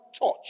touch